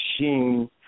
machine